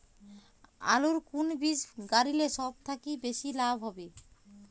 আলুর কুন বীজ গারিলে সব থাকি বেশি লাভ হবে?